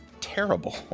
terrible